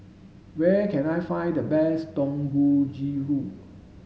where can I find the best Dangojiru